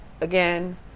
again